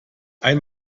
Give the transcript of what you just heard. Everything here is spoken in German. ein